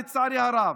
לצערי הרב.